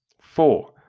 Four